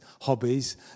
hobbies